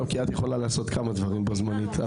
אוקי, את יכולה לעשות כמה דברים בו זמנית.